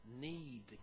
need